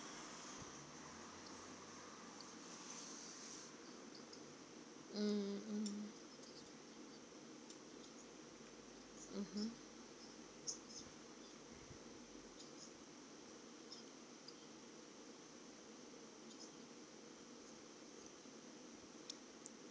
mm mmhmm